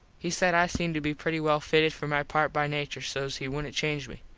he said i seemed to be pretty well fitted for my part by nature so he wouldnt change me.